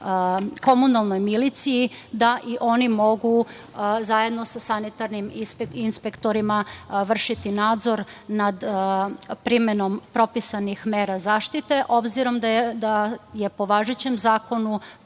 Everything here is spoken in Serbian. komunalnoj miliciji da i oni mogu zajedno sa sanitarnim inspektorima vršiti nadzor nad primenom propisanih mera zaštite, obzirom da je po važećem zakonu